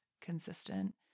consistent